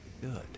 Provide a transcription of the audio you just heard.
Good